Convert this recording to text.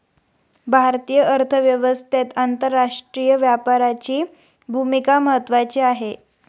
भारतीय अर्थव्यवस्थेत आंतरराष्ट्रीय व्यापाराची भूमिका महत्त्वाची आहे